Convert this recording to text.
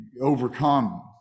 overcome